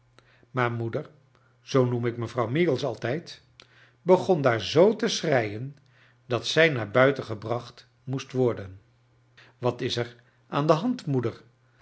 maar moeder zoo noem ik mevrouw meagles altijd begon daar zoo te sch reien dat zij naar buiten gebracht inoest worden wat is er aan de hand moeder